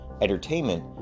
entertainment